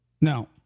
no